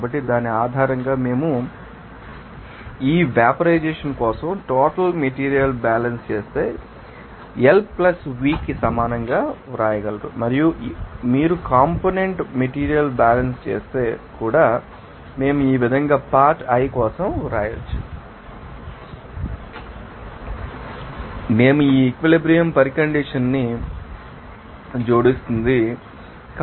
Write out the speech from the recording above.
కాబట్టి దాని ఆధారంగా మేము ఈవెపరైజెషన్ం కోసం టోటల్ మెటీరియల్ బ్యాలెన్స్ చేస్తే ఎవరు L V కి సమానంగా వ్రాయగలరు మరియు మీరు కాంపోనెంట్ మెటీరియల్ బ్యాలెన్స్ చేస్తే కూడా మేము ఈ విధంగా పార్ట్ i కోసం వ్రాయవచ్చు మేము ఈక్విలిబ్రియం పరికండిషన్ ని జోడిస్తున్నందున అది మనకు తెలుసు